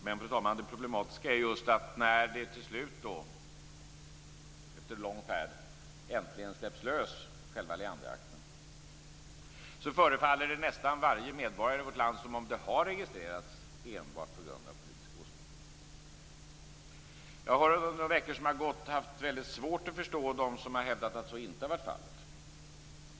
Men, fru talman, det problematiska är just att när Leanderakten efter lång färd äntligen släpps lös förefaller det nästan varje medborgare i vårt land som om det har skett registrering enbart på grund av politisk åskådning. Jag har under de veckor som har gått haft väldigt svårt att förstå dem som hävdat att så inte varit fallet.